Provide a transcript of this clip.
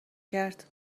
کرد